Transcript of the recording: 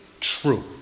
true